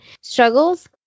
struggles